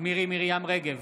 מירי מרים רגב,